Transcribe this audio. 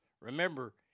Remember